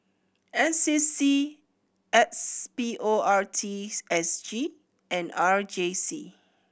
N C C S P O R T S G and R J C